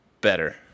better